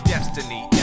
Destiny